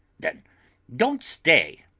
then don't stay.